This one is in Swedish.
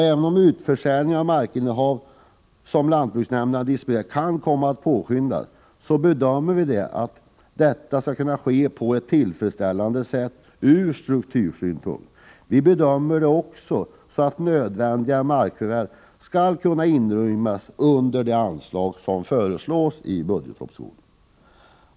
Även om utförsäljningen av det markinnehav som lantbruksnämnderna disponerar kan komma att påskyndas bedömer vi saken så, att detta skall kunna ske på ett tillfredsställande sätt ur struktursynpunkt. Vi bedömer det också så, att nödvändiga markförvärv skall kunna inrymmas under det anslag som föreslås i budgetpropositionen.